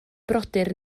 brodyr